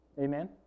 Amen